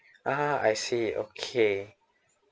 uh I see okay